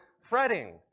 fretting